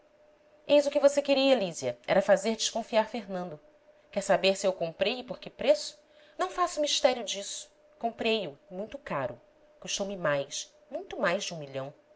o que você queria lísia era fazer desconfiar fernando quer saber se eu o comprei e por que preço não faço mistério disso comprei o e muito caro custou-me mais muito mais de um milhão